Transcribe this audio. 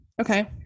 Okay